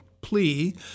plea